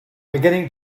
beginning